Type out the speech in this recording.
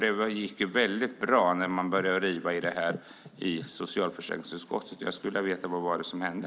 Det gick nämligen väldigt bra när man började riva i detta i socialförsäkringsutskottet. Jag skulle vilja veta vad det var som hände.